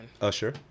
Usher